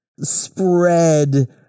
spread